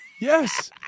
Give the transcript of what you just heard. Yes